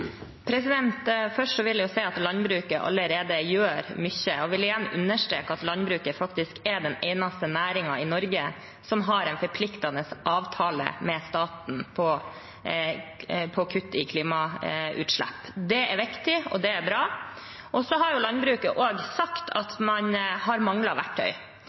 vil jeg si at landbruket allerede gjør mye, og jeg vil igjen understreke at landbruket faktisk er den eneste næringen i Norge som har en forpliktende avtale med staten om kutt i klimautslipp. Det er viktig, og det er bra. Så har jo landbruket også sagt at man har manglet verktøy.